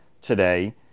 today